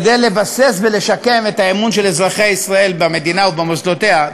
כדי לבסס ולשקם את האמון של אזרחי ישראל במדינה ובמוסדותיה.